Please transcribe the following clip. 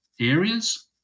areas